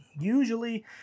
Usually